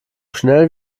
schnell